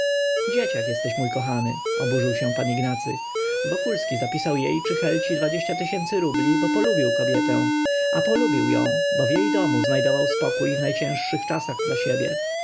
dzieciak jesteś mój kochany oburzył się pan ignacy wokulski zapisał jej czy helcia tysięcy rubli bo polubił kobietę a polubił ją bo w jej domu znajdował spokój w najcięższych czasach dla siebie